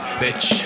Bitch